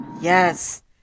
Yes